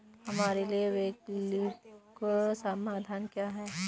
हमारे लिए वैकल्पिक समाधान क्या है?